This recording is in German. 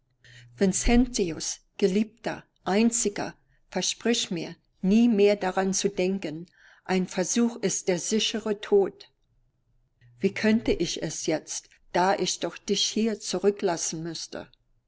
vincentius geliebter einziger versprich mir nie mehr daran zu denken ein versuch ist der sichere tod wie könnte ich es jetzt da ich doch dich hier zurücklassen müßte